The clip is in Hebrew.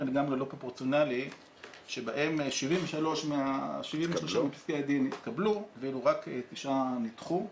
לגמרי לא פרופורציונלי שבו 73 מפסקי הדין התקבלו ואילו רק תשעה נדחו.